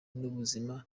n’ubuzima